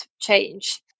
change